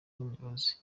n’abayobozi